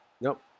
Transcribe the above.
Nope